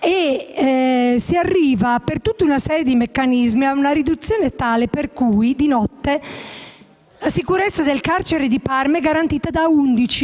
e si arriva, per tutta una serie di meccanismi, a una riduzione dell'organico tale per cui, di notte, la sicurezza del carcere di Parma è garantita da sole